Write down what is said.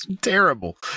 terrible